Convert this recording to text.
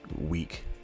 week